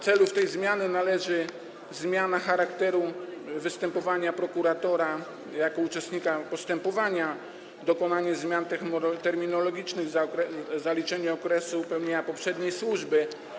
Celem tej zmiany jest: zmiana charakteru występowania prokuratora jako uczestnika postepowania, dokonanie zmian terminologicznych, zaliczenie okresu pełnienia poprzedniej służby.